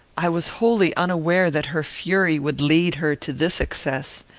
i was wholly unaware that her fury would lead her to this excess.